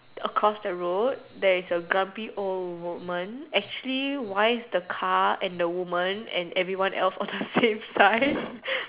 across the road there is a grumpy old woman actually why is the car and the woman and everyone else on the same side